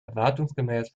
erwartungsgemäß